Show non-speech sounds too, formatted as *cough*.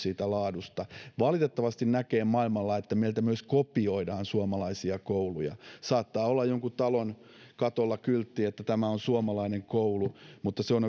siitä laadusta valitettavasti näkee maailmalla että meiltä myös kopioidaan suomalaisia kouluja saattaa olla jonkun talon katolla kyltti että tämä on suomalainen koulu mutta se on *unintelligible*